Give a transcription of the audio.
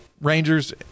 Rangers